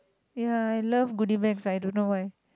ya I love goodie bags I don't know why